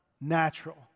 natural